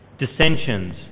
dissensions